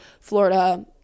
florida